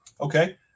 okay